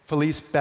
Felice